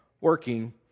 working